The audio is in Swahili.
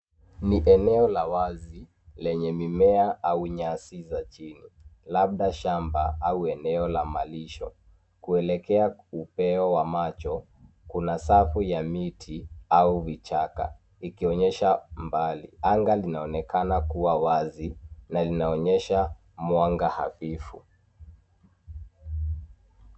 Ni eneo la wazi, lenye mimea au nyasi za chini, labda shamba au eneo la malisho. Kuelekea upeo wa macho,. kuna safu ya miti au vichaka ikionyesha mbali. Anga linaonekana kuwa wazi, na linaonyesha mwanga hafifu.